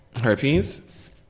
Herpes